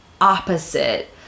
opposite